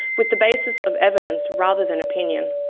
with the basis of evidence rather than opinion.